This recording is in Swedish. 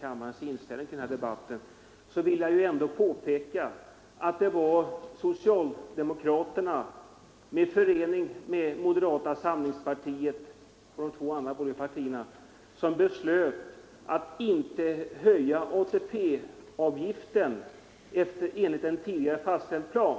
kammarens ledamöter inte skall få en felaktig uppfattning vill jag ändå påpeka att det var socialdemokraterna som i förening med moderata samlingspartiet och de två andra borgerliga partierna beslöt att inte höja ATP-avgiften enligt en tidigare fastställd plan.